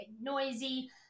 noisy